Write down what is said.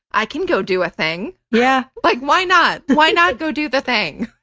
i can go do a thing. yeah! like why not? why not go do the thing?